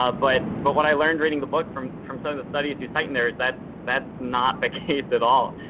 ah but but what i learned reading the book from from some of the studies you cite in there is that's that's not the case at all.